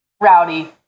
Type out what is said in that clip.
rowdy